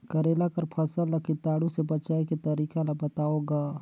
करेला कर फसल ल कीटाणु से बचाय के तरीका ला बताव ग?